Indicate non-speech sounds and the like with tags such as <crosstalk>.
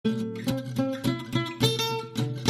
<music>